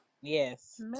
Yes